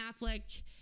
Affleck